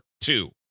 two